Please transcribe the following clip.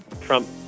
Trump